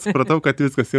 supratau kad viskas jau